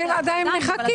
והם עדיין מחכים.